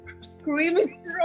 screaming